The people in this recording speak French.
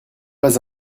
pas